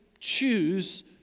choose